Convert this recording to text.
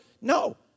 No